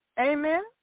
Amen